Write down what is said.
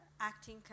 acting